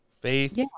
Faith